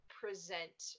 present